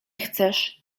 chcesz